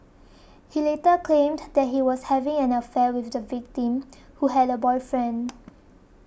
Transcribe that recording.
he later claimed that he was having an affair with the victim who had a boyfriend